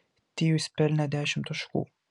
tyus pelnė dešimt taškų